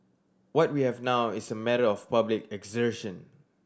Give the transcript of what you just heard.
what we have now is a matter of public assertion